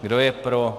Kdo je pro?